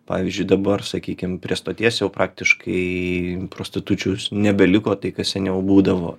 pavyzdžiui dabar sakykim prie stoties jau praktiškai prostitučių nebeliko tai kas seniau būdavo